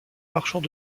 marchand